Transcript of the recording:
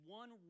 one